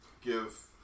give